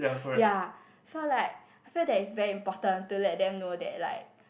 ya so like I feel that is very important to let them know that like